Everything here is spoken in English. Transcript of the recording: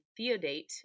Theodate